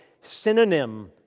synonym